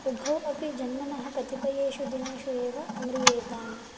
उभौ अपि जन्मनः कतिपयेषु दिनेषु एव अम्रियेताम्